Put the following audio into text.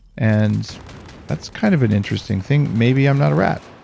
and that's kind of an interesting thing. maybe i'm not a rat,